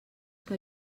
que